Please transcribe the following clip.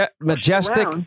majestic